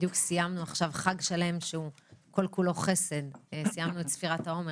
בדיוק סיימנו עכשיו חג שלם שהוא כל-כולו חסד: סיימנו את ספירת העומר,